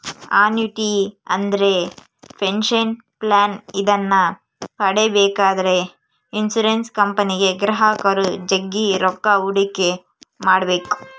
annuity ಅಂದ್ರೆ pension plan ಇದನ್ನ ಪಡೆಬೇಕೆಂದ್ರ ಇನ್ಶುರೆನ್ಸ್ ಕಂಪನಿಗೆ ಗ್ರಾಹಕರು ಜಗ್ಗಿ ರೊಕ್ಕ ಹೂಡಿಕೆ ಮಾಡ್ಬೇಕು